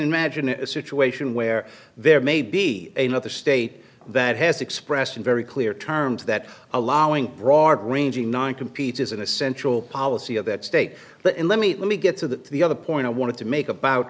imagine a situation where there may be a mother state that has expressed in very clear terms that allowing broad ranging non compete is an essential policy of that state but let me let me get to the other point i wanted to make about